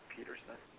Peterson